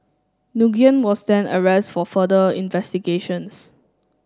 Nguyen was then arrest for further investigations